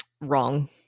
Wrong